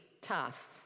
tough